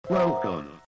Welcome